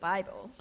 Bible 。